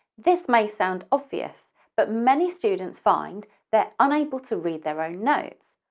this may sound obvious but many students find they're unable to read their own notes,